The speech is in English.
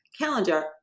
calendar